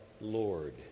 Lord